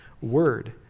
word